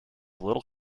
little